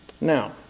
Now